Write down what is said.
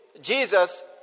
Jesus